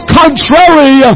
contrary